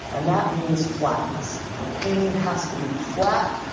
and that means flatness. the painting has to be flat,